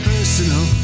personal